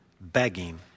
begging